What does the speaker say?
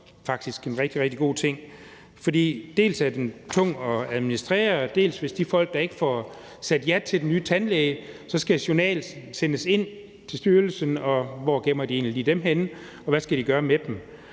faktisk også en rigtig, rigtig god ting, for den er tung at administrere. Hvis der er folk, der ikke får sagt ja til den nye tandlæge, så skal journalerne sendes ind til styrelsen, og hvor gemmer de egentlige dem henne, og hvad skal de gøre med dem?